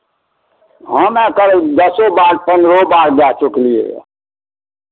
हमे करीब दसो बार पन्द्रहो बार दऽ चुकलियैए